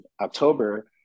October